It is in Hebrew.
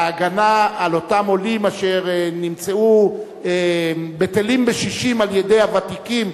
על ההגנה על אותם עולים אשר נמצאו בטלים בשישים על-ידי הוותיקים,